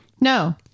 No